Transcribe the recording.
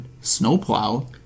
Snowplow